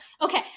Okay